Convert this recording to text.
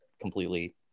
completely